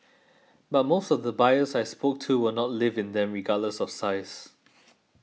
but most of the buyers I spoke to will not live in them regardless of size